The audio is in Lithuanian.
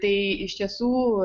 tai iš tiesų